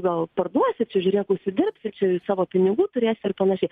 gal parduosi čia žiūrėk užsidirbti čia savo pinigų turės ir panašiai